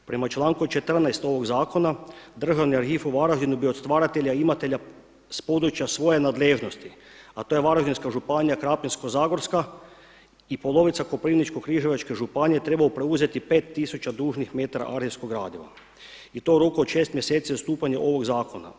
Prema članku 14. ovog zakona Državni arhiv u Varaždinu bi od stvaratelja i imatelja s područja svoje nadležnosti, a to je Varaždinska županija, Krapinsko-zagorska i polovica Koprivničko-križevačke županije trebalo preuzeti pet tisuća dužnih metara arhivskog gradiva i to u roku od šest mjeseci od stupanja ovoga zakona.